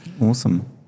Awesome